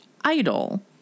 idol